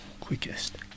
quickest